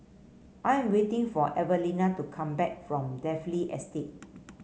I am waiting for Evelina to come back from Dalvey Estate